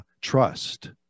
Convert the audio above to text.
trust